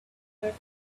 were